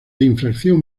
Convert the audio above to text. infracción